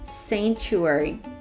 sanctuary